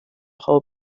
whole